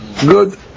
good